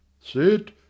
sit